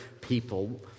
People